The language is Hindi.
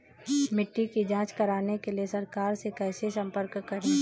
मिट्टी की जांच कराने के लिए सरकार से कैसे संपर्क करें?